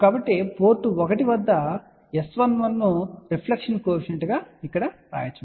కాబట్టి పోర్ట్ 1 వద్ద S11 ను రిఫ్లెక్షన్ కోఎఫిషియంట్ గా ఇక్కడ వ్రాయవచ్చు